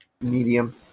Medium